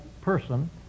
person